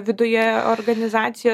viduje organizacij